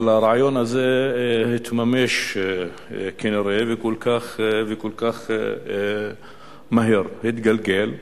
אבל הרעיון הזה התממש כנראה, וכל כך מהר התגלגל.